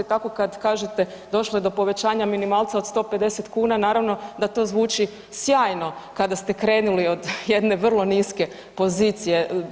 Tako kad kažete došlo je do povećanja minimalca od 150 kuna naravno da to zvuči sjajno kada ste krenuli od jedne vrlo niske pozicije.